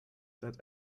that